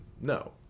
No